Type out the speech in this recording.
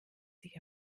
sich